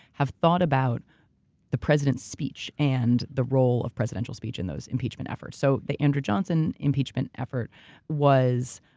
have thought about the president's speech and the role of presidential speech in those impeachment efforts. so the andrew johnson impeachment effort was,